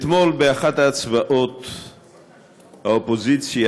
אתמול באחת ההצבעות האופוזיציה,